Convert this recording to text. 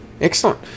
Excellent